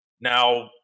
Now